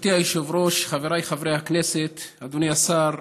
גברתי היושבת-ראש, חבריי חברי הכנסת, אדוני השר,